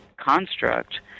construct